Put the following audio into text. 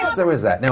there was that. now,